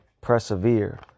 persevere